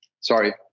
Sorry